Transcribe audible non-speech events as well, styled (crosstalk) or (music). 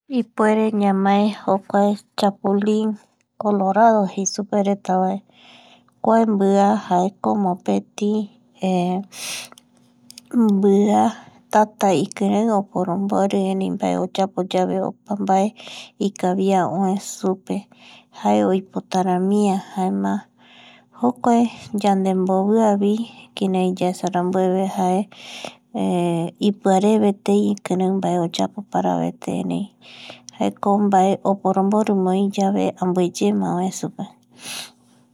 (noise) Ipuere ñamae jokue chapulin colorado jei supevaere kua jaeko mopeti mbia (hesitation) mbia tata ikirei oporombori erei mbae oyapoyave opa mbae ikavia oe supe jae oipotaramia jaema jokuae yandemboviavi kirai yaesarambueve jae (hesitation) ipiarevetei mbae ikirei oyapotei erei jaeko oporomborima oi yave ambueyema oe supe (noise) kur